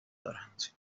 دارند